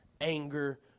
anger